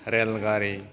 rail गारि